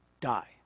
die